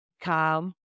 calm